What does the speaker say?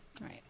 Right